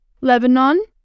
Lebanon